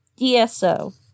DSO